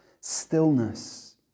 stillness